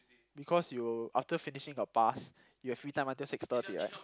because you after finishing a pass you have free time until six thirty right